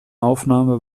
aufnahme